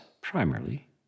primarily